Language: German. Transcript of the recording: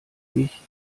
ich